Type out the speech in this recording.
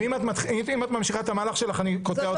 ואם את ממשיכה את המהלך שלך אני קוטע אותך.